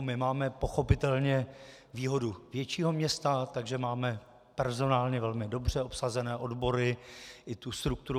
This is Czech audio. My máme pochopitelně výhodu většího města, takže máme personálně velmi dobře obsazené odbory i tu strukturu.